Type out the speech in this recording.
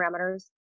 parameters